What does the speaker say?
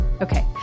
Okay